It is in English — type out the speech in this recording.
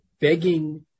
begging